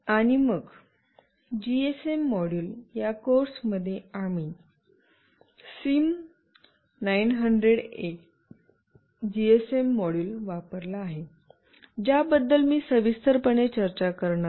आणि मग GSM module या कोर्समध्ये आम्ही सिम 9०० ए जीएसएम मॉड्यूल वापरला आहे ज्याबद्दल मी सविस्तरपणे चर्चा करणार आहे